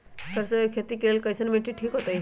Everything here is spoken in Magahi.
सरसों के खेती के लेल कईसन मिट्टी ठीक हो ताई?